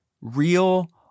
real